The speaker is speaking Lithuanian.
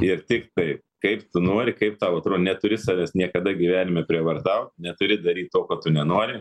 ir tik taip kaip tu nori kaip tau atrodo neturi savęs niekada gyvenime prievartaut neturi daryt to ko tu nenori